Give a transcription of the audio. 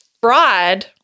fraud